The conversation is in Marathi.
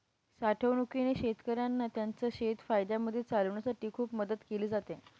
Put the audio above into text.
साठवणूकीने शेतकऱ्यांना त्यांचं शेत फायद्यामध्ये चालवण्यासाठी खूप मदत केली आहे